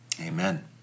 amen